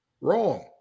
Wrong